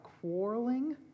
quarreling